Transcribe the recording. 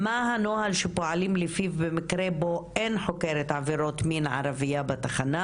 מה הנוהל שפועלים לפיו במקרה בו אין חוקרת עבירות מין ערבייה בתחנה?